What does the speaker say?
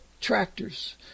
tractors